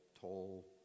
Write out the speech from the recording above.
Toll